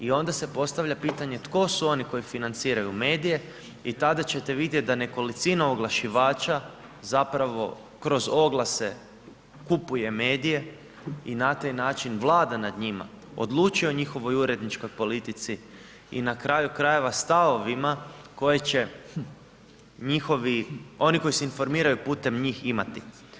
I onda se postavlja pitanje tko su oni koji financiraju medije i tada ćete vidjet da nekolicina oglašivača zapravo kroz oglase kupuje medije i na taj način vlada nad njima, odlučuje o njihovoj uredničkoj politici i na kraju krajeva stavovima koje će njihovi, oni koji se informiraju putem njih imati.